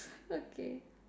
okay